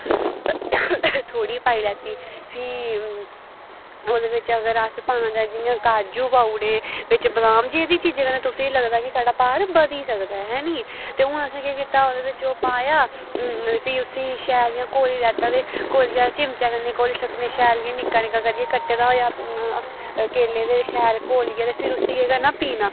थोह्ड़ी पाई लैती फ्ही ओह्दे बिच्च अगर अस पाना जियां काजू पाउड़े बिच्च बदाम जेह्दी चीजें कन्नै तुसें लगदे कि साढ़ा भार बधी सकदा ऐ हैनी ते हून असें केह् कीता ओह्दे बिच्च ओह् पाया फ्ही उसी शैल इयां घोली लैत्ता ते घोलियै चमचे कन्नै घोली सकनें शैल इ'यां निक्का निक्का करियै कट्टे दा होऐ केले ते शैल घोलियै ते फिर उसी केह् करना पीना